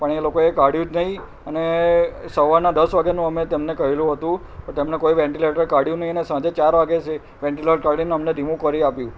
પણ એ લોકોએ કાઢ્યું જ નહીં અને સવારના દસ વાગ્યાનું અમે તેમને કહેલું હતું પણ તેમણે કોઈ વેન્ટિલેટર કાઢ્યું નહીં અને સાંજે ચાર વાગ્યે છેક વેન્ટિલેટર કાઢીને અમને રિમૂવ કરી આપ્યું